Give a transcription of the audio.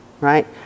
right